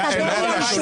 לא להפריע.